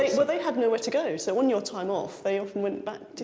they so they had nowhere to go, so on your time off, they often went back.